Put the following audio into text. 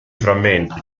frammenti